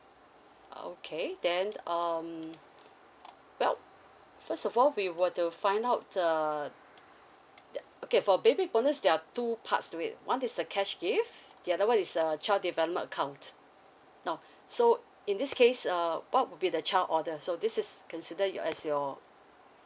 okay then um well first of all we will to find out the the okay for baby bonus there are two parts to it one is the cash gift the other one is a child develop account now so in this case uh what would be the child order so this is consider your as your